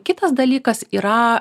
kitas dalykas yra